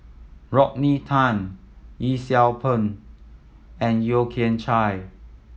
Rodney Tan Yee Siew Pun and Yeo Kian Chye